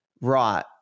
right